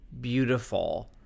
beautiful